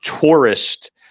tourist